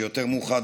שיותר מאוחר,